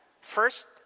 first